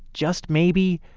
just maybe,